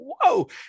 whoa